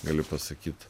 galiu pasakyt